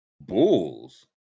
Bulls